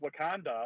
Wakanda